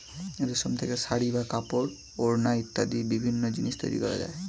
রেশম থেকে শাড়ী বা কাপড়, ওড়না ইত্যাদি বিভিন্ন জিনিস তৈরি করা যায়